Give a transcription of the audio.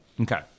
Okay